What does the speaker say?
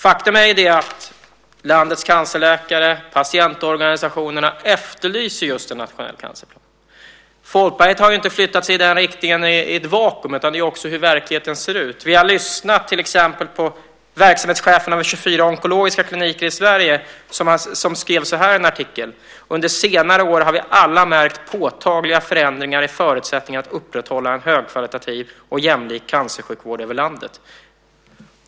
Faktum är att landets cancerläkare och patientorganisationerna efterlyser just en nationell cancerplan. Folkpartiet har inte flyttat sig i den riktningen i ett vakuum, utan det gäller också hur verkligheten ser ut. Vi har till exempel lyssnat på verksamhetscheferna vid 24 onkologiska kliniker i Sverige, som skrev så här i en artikel: Under senare år har vi alla märkt påtagliga förändringar i förutsättningarna att upprätthålla en högkvalitativ och jämlik cancersjukvård över landet.